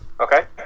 Okay